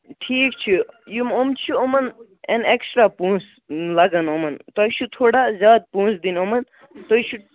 ٹھیٖک چھُ یِم تِم چھِ تِمن یِنۍ ایٚکسٹرٛا پۅنٛسہٕ لَگن یِمن تۄہہِ چھِ تھوڑا زیادٕ پۅنٛسہٕ دِنۍ یِمن تُہۍ چھِو